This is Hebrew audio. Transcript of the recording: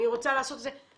אני רוצה לעשות את זה,